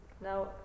Now